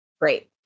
Great